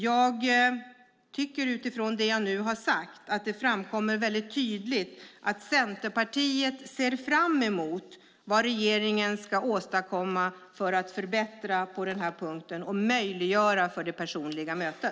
Jag tycker utifrån det jag nu har sagt att det framkommer väldigt tydligt att Centerpartiet ser fram emot att höra vad regeringen ska åstadkomma för att förbättra på denna punkt och möjliggöra det personliga mötet.